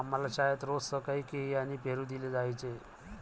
आम्हाला शाळेत रोज सकाळी केळी आणि पेरू दिले जायचे